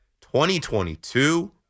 2022